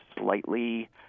slightly